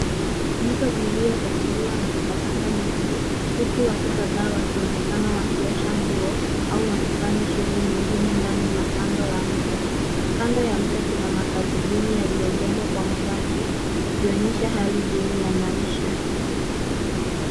Mto uliochafuliwa na takataka nyingi uku watu kadhaa wakionekana wakiosha nguo au wakifanya shughuli nyingine ndani na kando ya mto. Kando ya mto kuna makazi duni yaliyojengwa kwa mabati yakionyesha hali duni ya maisha.